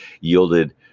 yielded